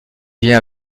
vient